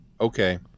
okay